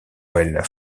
noël